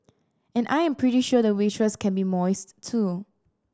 and I'm pretty sure the waitress can be moist too